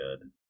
good